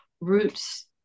roots